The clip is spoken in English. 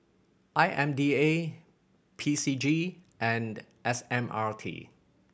I M D A P C G and S M R T